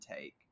take